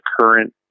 current